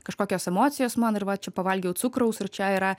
kažkokios emocijos man ir va čia pavalgiau cukraus ir čia yra